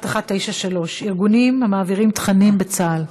1193. ארגונים המעבירים תכנים בצה"ל.